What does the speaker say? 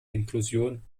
inklusion